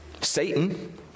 Satan